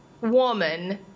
woman